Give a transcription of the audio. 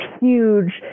huge